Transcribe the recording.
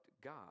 God